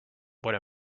what